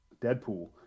Deadpool